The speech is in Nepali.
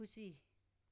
खुसी